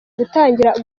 gutangira